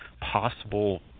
possible